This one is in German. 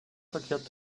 verkehrt